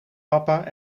papa